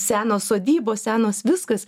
senos sodybos senos viskas